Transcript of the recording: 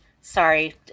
Sorry